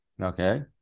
Okay